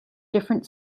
different